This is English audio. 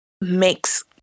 makes